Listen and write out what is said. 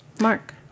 Mark